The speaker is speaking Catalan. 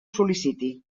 sol·liciti